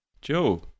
Joe